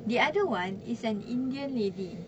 the other one is an indian lady